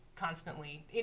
Constantly